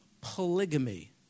Polygamy